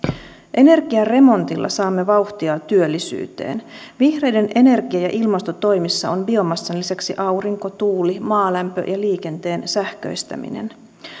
energiaremontilla saamme vauhtia työllisyyteen vihreiden energia ja ja ilmastotoimissa on biomassan lisäksi aurinko tuuli maalämpö ja liikenteen sähköistäminen